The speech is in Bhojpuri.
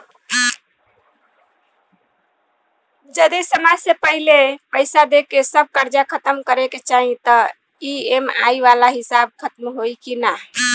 जदी समय से पहिले पईसा देके सब कर्जा खतम करे के चाही त ई.एम.आई वाला हिसाब खतम होइकी ना?